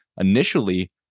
initially